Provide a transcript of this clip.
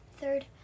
third